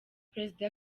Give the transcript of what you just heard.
perezida